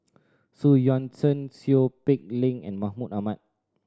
Xu Yuan Zhen Seow Peck Leng and Mahmud Ahmad